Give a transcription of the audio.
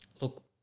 look